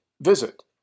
visit